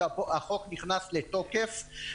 כשהחוק נכנס לתוקף,